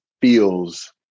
feels